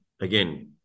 again